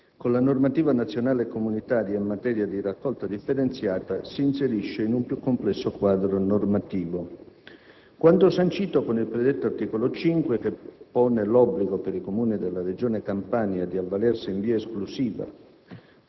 con la normativa nazionale e comunitaria in materia di raccolta differenziata si inserisce in un più complesso quadro normativo. Quanto sancito con il predetto articolo 5, che pone l'obbligo per i Comuni della Regione Campania di avvalersi in via esclusiva